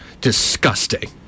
disgusting